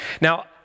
Now